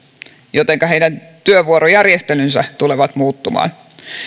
jotenka heidän työvuorojärjestelynsä tulevat muuttumaan